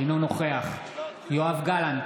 אינו נוכח יואב גלנט,